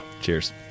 Cheers